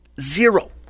zero